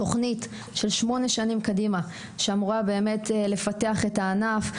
תכנית של 8 שנים קדימה שאמורה באמת לפתח את הענף,